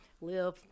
live